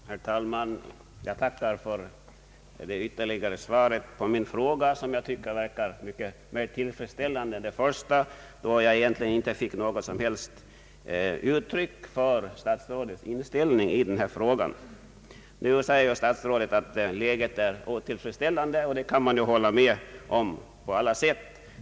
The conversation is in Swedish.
Herr talman! Jag tackar för det ytterligare svaret på min fråga. Det är mera tillfredsställande än det första, av vilket jag egentligen inte fick någon klar het om statsrådets inställning i ärendet. Nu säger statsrådet att läget är otillfredsställande, och det kan man på alla sätt hålla med om.